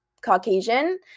caucasian